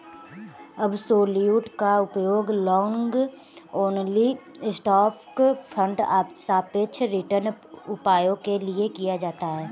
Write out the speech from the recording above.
absolute का उपयोग long only stock fund सापेक्ष रिटर्न उपायों के लिए किया जाता है